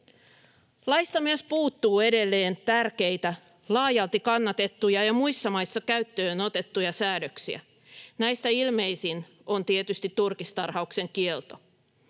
Laista myös puuttuu edelleen tärkeitä, laajalti kannatettuja ja muissa maissa käyttöön otettuja säädöksiä. Näistä ilmeisin on tietysti turkistarhauksen kielto.